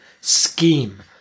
scheme